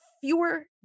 fewer